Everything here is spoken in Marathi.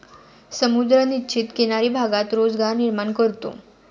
समुद्र निश्चित किनारी भागात रोजगार निर्माण करतो